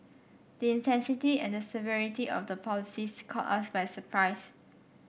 the intensity and the severity of the policies caught us by surprise